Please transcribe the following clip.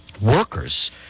workers